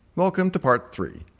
welcome to part three!